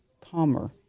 calmer